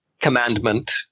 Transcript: commandment